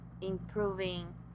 improving